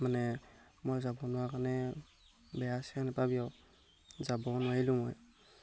মানে মই যাব নোৱাৰা কাৰণে বেয়া চেয়া নাপাবি আৰু যাব নোৱাৰিলো মই